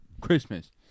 Christmas